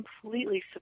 completely